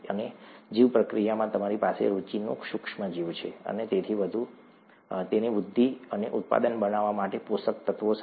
અને જીવપ્રક્રિયામાં તમારી પાસે રુચિનું સૂક્ષ્મ જીવ છે તેની વૃદ્ધિ અને ઉત્પાદન બનાવવા માટેના પોષક તત્વો સાથે